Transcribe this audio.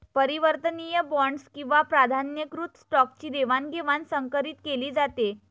परिवर्तनीय बॉण्ड्स किंवा प्राधान्यकृत स्टॉकची देवाणघेवाण संकरीत केली जाते